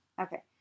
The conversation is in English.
Okay